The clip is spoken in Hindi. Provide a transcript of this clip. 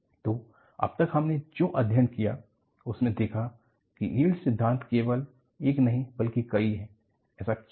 तो अब तक हमने जो अध्ययन किया उसमे देखा कि यील्ड सिद्धांत केवल एक नहीं बल्कि कई हैं ऐसा क्यों है